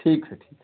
ठीक है ठीक है